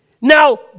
Now